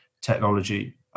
technology